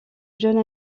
jeune